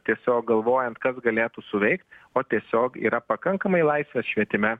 tiesiog galvojant kas galėtų suveikt o tiesiog yra pakankamai laisvės švietime